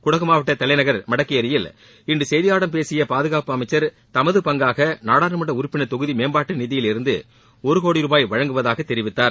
குடகு மாவட்ட தலைநகர் மடக்கேரியில் இன்று செய்தியாளர்களிடம் பேசிய பாதுகாப்பு அமைச்சர் தமது பங்காக நாடாளுமன்ற உறுப்பினர் தொகுதி மேம்பாட்டு நிதியிலிருந்து ஒரு கோடி ரூபாய் வழங்குவதாக தெரிவித்தார்